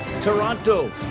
Toronto